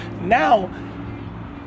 now